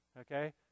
Okay